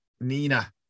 Nina